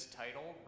title